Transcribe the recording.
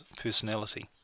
personality